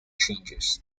changes